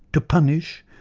to punish,